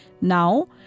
Now